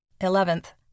Eleventh